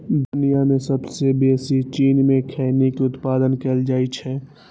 दुनिया मे सबसं बेसी चीन मे खैनी के उत्पादन कैल जाइ छै